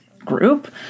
Group